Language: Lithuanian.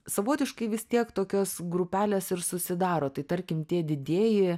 savotiškai vis tiek tokios grupelės ir susidaro tai tarkim tie didieji